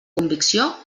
convicció